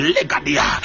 Legadia